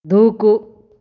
దూకు